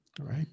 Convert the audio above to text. Right